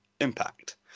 Impact